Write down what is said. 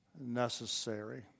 necessary